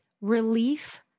relief